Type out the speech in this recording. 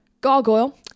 Gargoyle